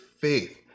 faith